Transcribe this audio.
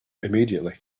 immediately